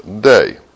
day